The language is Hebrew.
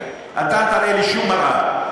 אתה אל תראה לי שום מראה.